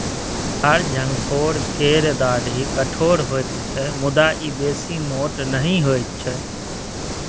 झार झंखोर केर डाढ़ि कठोर होइत छै मुदा ई बेसी मोट नहि होइत छै